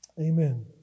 amen